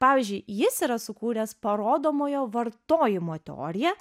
pavyzdžiui jis yra sukūręs parodomojo vartojimo teoriją